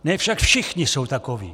Ne však všichni jsou takoví.